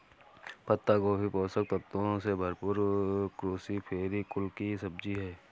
पत्ता गोभी पोषक तत्वों से भरपूर क्रूसीफेरी कुल की सब्जी है